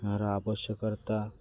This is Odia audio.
ର ଆବଶ୍ୟକତା